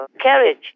carriage